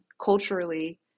culturally